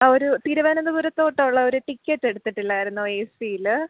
ആ ഒരു തിരുവനന്തപുരത്തോട്ടുള്ള ഒരു ടിക്കറ്റ് എടുത്തിട്ടില്ലായിരുന്നോ എ സീ ല്